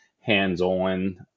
hands-on